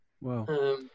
Wow